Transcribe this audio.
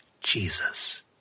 Jesus